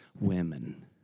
women